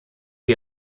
die